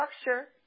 structure